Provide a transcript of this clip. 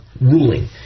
ruling